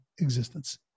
existence